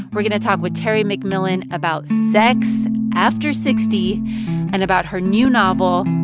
we're going to talk with terry mcmillan about sex after sixty and about her new novel,